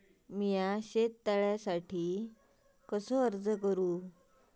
मीया शेत तळ्यासाठी कसो अर्ज करू?